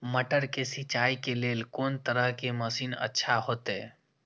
मटर के सिंचाई के लेल कोन तरह के मशीन अच्छा होते?